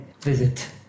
visit